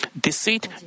Deceit